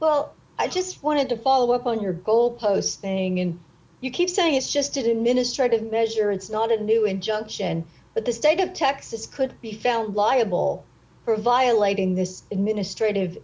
well i just wanted to follow up on your goal post being in you keep saying it's just didn't minister to measure it's not a new injunction but the state of texas could be found liable for violating this administrat